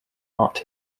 art